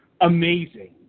amazing